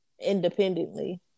Independently